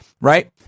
Right